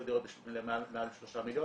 היו דירות במעל שלושה מיליון.